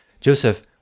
Joseph